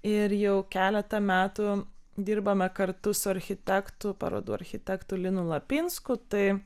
ir jau keletą metų dirbame kartu su architektu parodų architektu linu lapinsku tai